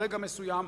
ברגע מסוים,